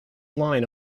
line